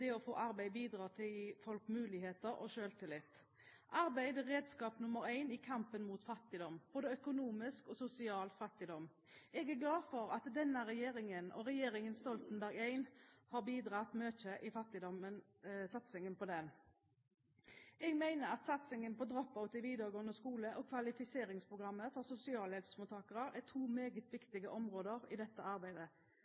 det å få arbeid bidrar til muligheter og selvtillit. Arbeid er redskap nr. 1 i kampen mot fattigdom, både økonomisk og sosial fattigdom. Jeg er glad for at denne regjeringen og regjeringen Stoltenberg I har bidratt mye i satsingen mot fattigdom. Jeg mener at satsingen som gjelder «drop outs» i videregående skole, og Kvalifiseringsprogrammet for sosialhjelpsmottakere er to meget